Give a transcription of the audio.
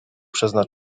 przezna